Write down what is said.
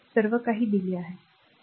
तर सर्व काही दिले जाते